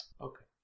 Okay